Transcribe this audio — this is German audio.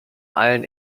allen